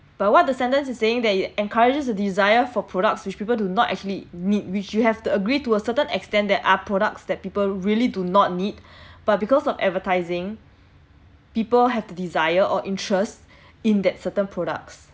but what the sentence is saying that it encourages a desire for products which people do not actually need which you have to agree to a certain extent there are products that people really do not need but because of advertising people have the desire or interest in that certain products